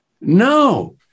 No